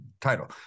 title